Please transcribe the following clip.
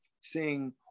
seeing